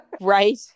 right